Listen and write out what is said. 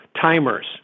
timers